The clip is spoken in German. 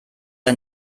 ein